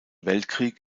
weltkrieg